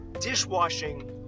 dishwashing